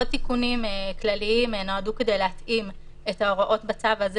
עוד תיקונים כלליים נועדו כדי להתאים את ההוראות בצו הזה